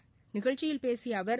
இந்நிகழ்ச்சியல் பேசிய அவர்